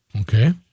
Okay